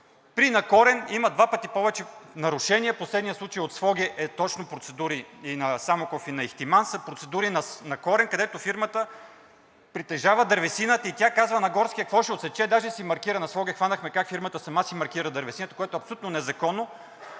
При на корен има два пъти повече нарушения, последният случай е от Своге, е точно процедура, и на Самоков, и на Ихтиман са процедури на корен, където фирмата притежава дървесината и тя казва на горския какво ще отсече, даже си маркира. В Своге хванахме как фирмата сама си маркира дървесината, което е абсолютно незаконно,